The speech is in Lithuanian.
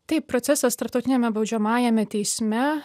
taip procesas tarptautiniame baudžiamajame teisme